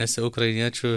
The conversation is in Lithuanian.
nes jau ukrainiečių